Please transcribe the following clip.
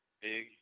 big